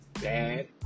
Dad